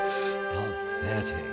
pathetic